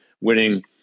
winning